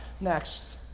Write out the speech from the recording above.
Next